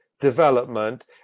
development